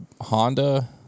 Honda